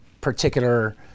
particular